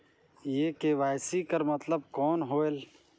ये के.वाई.सी कर मतलब कौन होएल?